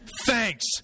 Thanks